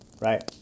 Right